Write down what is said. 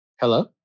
Hello